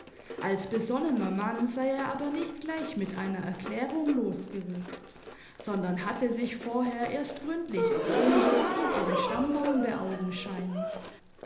als besonnener mann sei er aber nicht gleich mit einer erklärung losgerückt sondern hatte sich vorher erst gründlich erkimdigt und ihren stammbaum beaugenscheinigt